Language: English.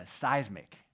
seismic